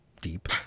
deep